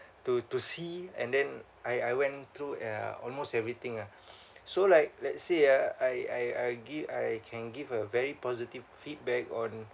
to to sea and then I I went through uh almost everything ah so like let's say uh I I I gi~ I can give a very positive feedback on